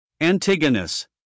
Antigonus